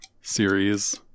series